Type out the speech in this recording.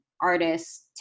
artists